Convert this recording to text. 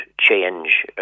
change